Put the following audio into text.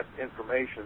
information